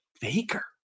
faker